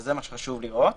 וזה מה שחשוב לראות.